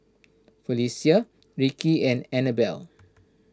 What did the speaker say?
Felecia Rickie and Anabelle